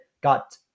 got